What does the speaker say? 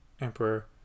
Emperor